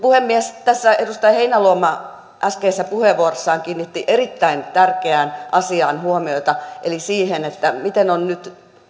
puhemies tässä edustaja heinäluoma äskeisessä puheenvuorossaan kiinnitti erittäin tärkeään asiaan huomiota eli siihen miten on nyt